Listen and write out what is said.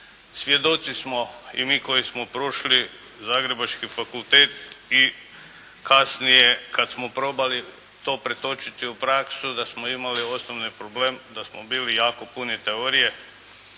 Svjedoci smo i mi koji smo prošli zagrebački fakultet i kasnije kada smo probali to pretočiti u praksu da smo imali osnovni problem da smo bili jako puni teorije,